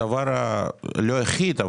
לא היחיד,